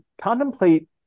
contemplate